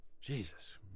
jesus